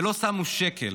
ולא שמו שקל,